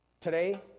today